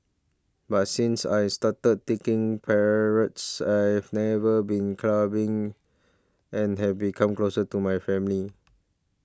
but since I started taking parrots I've never been clubbing and have become closer to my family